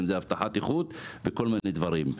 אבטחת איכות וכל מיני דברים.